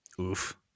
Oof